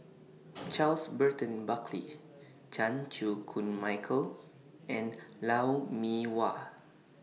Charles Burton Buckley Chan Chew Koon Michael and Lou Mee Wah